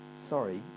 sorry